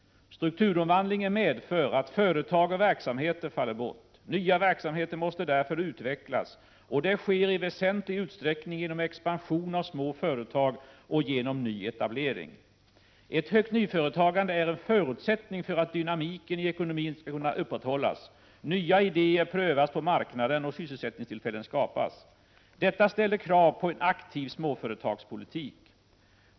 Strukturomvandlingen medför att företag och verksamheter faller bort. Nya verksamheter måste därför utvecklas, och det sker i väsentlig utsträckning genom expansion av små företag och genom ny etablering. Ett högt nyföretagande är en förutsättning för att dynamiken i ekonomin skall kunna upprätthållas, nya idéer prövas på marknaden och sysselsättningstillfällen skapas. Detta ställer krav på en aktiv småföretagspolitik.